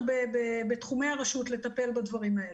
בתחומי הרשות לטפל בדברים האלה.